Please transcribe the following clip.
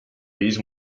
viis